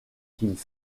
qu’ils